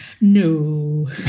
No